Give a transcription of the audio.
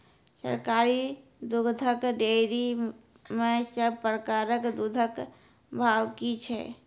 सरकारी दुग्धक डेयरी मे सब प्रकारक दूधक भाव की छै?